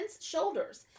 shoulders